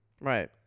Right